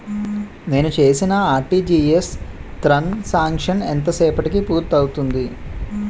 నేను చేసిన RTGS transaction ఎంత సేపటికి పూర్తి అవుతుంది?